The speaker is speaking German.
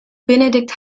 benedikt